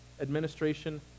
administration